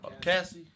Cassie